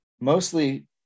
mostly